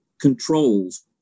controls